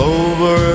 over